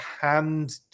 hand –